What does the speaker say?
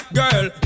girl